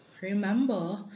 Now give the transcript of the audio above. Remember